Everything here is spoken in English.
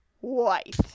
white